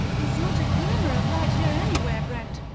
there's not a glimmer of light here anywhere, brent.